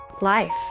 life